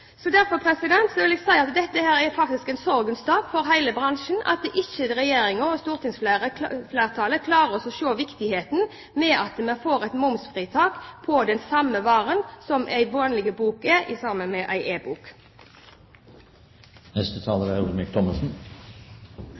Så derfor vil jeg si at dette faktisk er en sorgens dag for hele bransjen, når ikke Regjeringen og stortingsflertallet klarer å se viktigheten av at vi får et momsfritak på den samme varen som en vanlig bok, som en e-bok er. Finansministeren mente at problemet her lå i